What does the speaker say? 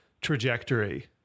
trajectory